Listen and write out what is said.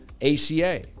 ACA